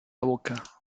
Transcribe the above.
boca